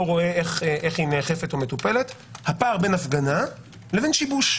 רואה איך היא נאכפת או מטופלת הפער בין אבחנה לבין שיבוש.